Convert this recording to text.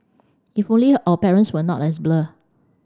if only our parents were not as blur